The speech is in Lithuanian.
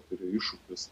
turi iššūkius